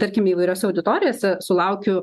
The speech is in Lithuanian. tarkime įvairiose auditorijose sulaukiu